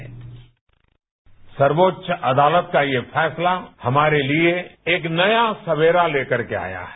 PM bite सर्वोच्च अदालत का यह फैसला हमारे लिए एक नया सर्वेरा लेकरके आया है